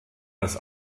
als